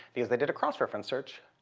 because they did a cross-reference search.